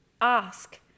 ask